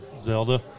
Zelda